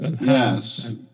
Yes